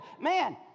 man